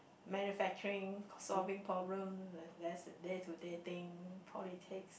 manufacturing co~ solving problem le~ less day to day things politics